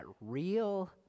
real